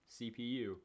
CPU